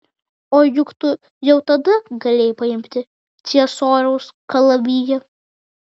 o juk tu jau tada galėjai paimti ciesoriaus kalaviją